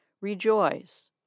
Rejoice